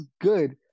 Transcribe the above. good